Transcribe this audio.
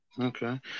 Okay